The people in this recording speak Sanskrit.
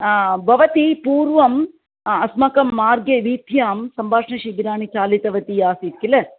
भवती पूर्वम् अस्माकम् अस्माकं मार्गे वीथ्यां सम्भाषणशिबिराणि चालितवती आसीत् किल